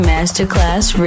Masterclass